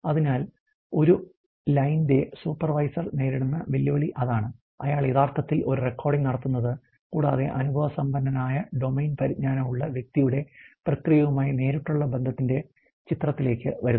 അതിനാൽ ഒരു ലൈനിന്റെ സൂപ്പർവൈസർ നേരിടുന്ന വെല്ലുവിളി അതാണ് അയാളാണ് യഥാർത്ഥത്തിൽ ഈ റെക്കോർഡിംഗ് നടത്തുന്നത് കൂടാതെ അനുഭവസമ്പന്നനായ ഡൊമെയ്ൻ പരിജ്ഞാനം ഉള്ള വ്യക്തിയുടെ പ്രക്രിയയുമായി നേരിട്ടുള്ള ബന്ധത്തിന്റെ ചിത്രത്തിലേക്ക് വരുന്നു